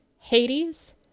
Hades